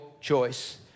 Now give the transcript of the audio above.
choice